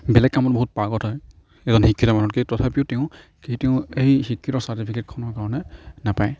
বেলেগ কামত বহুত পাৰ্গত হয় এজন শিক্ষিত মানুহতকৈ তথাপি তেওঁ কেতিয়াও সেই শিক্ষিতৰ চাৰ্টিফিকেটখনৰ কাৰণে নাপায়